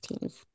teams